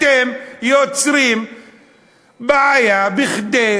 אתם יוצרים בעיה כדי